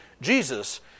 Jesus